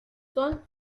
son